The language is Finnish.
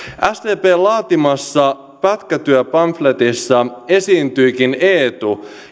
sdpn laatimassa pätkätyöpamfletissa esiintyikin eetu